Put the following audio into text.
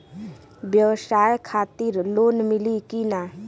ब्यवसाय खातिर लोन मिली कि ना?